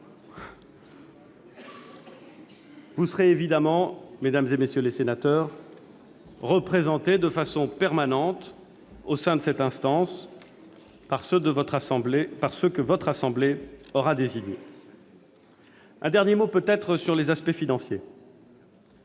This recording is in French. vous serez évidemment représentés de façon permanente au sein de cette instance par ceux que votre assemblée aura désignés. Un dernier mot peut-être sur les aspects financiers.